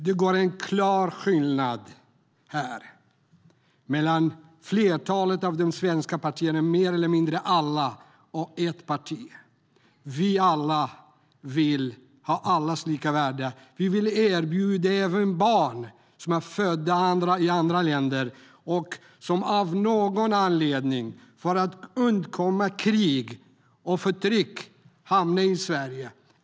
Det går här en klar skillnad mellan flertalet av de svenska partierna - mer eller mindre alla - och ett parti. Vi vill se allas lika värde och erbjuda utbildning även till barn som är födda i andra länder och av någon anledning, till exempel för att undkomma krig och förtryck, har hamnat i Sverige.